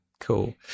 Cool